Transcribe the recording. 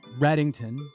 Reddington